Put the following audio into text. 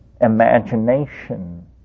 imagination